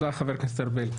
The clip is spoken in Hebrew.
חבר הכנסת ארבל.